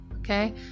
Okay